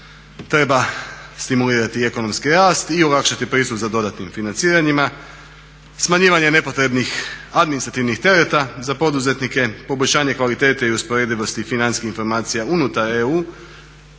treba stimulirati i ekonomski rast i olakšati pristup za dodatnim financiranjima, smanjivanje nepotrebnih administrativnih tereta za poduzetnike, poboljšanje kvalitete i usporedivosti financijskih informacija unutar EU